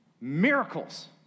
Miracles